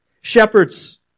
Shepherds